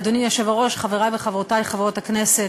אדוני היושב-ראש, חברי וחברותי חברות הכנסת,